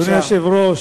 אדוני היושב-ראש,